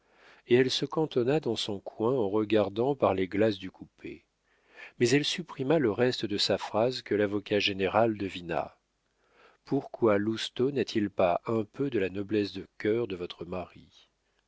et elle se cantonna dans son coin en regardant par les glaces du coupé mais elle supprima le reste de sa phrase que lavocat général devina pourquoi lousteau n'a-t-il pas un peu de la noblesse de cœur de votre mari